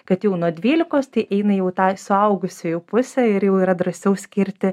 kad jau nuo dvylikos tai eina jau į tą suaugusiųjų pusę ir jau yra drąsiau skirti